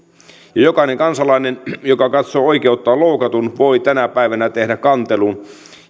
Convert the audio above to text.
jokainen kansalainen joka katsoo oikeuttaan loukatun voi tänä päivänä tehdä kantelun